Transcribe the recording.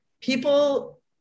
people